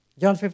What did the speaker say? John